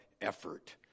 effort